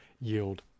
yield